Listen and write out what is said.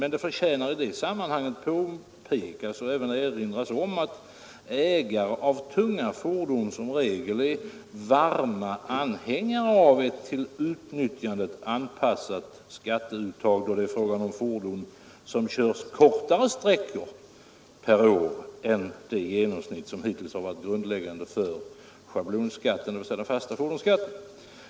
Men det förtjänar i detta sammanhang påpekas och även erinras om att ägare av tunga fordon som regel är varma anhängare av ett till utnyttjandet anpassat skatteuttag då det är fråga om fordon som körs kortare sträckor per år än det genomsnitt som hittills varit grundläggande för schablonskatten, dvs. den fasta fordonsskatten.